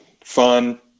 fun